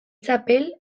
txapel